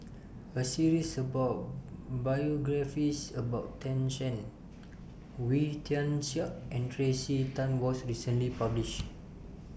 A series of biographies about Tan Shen Wee Tian Siak and Tracey Tan was recently published